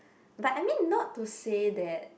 but I mean not to say that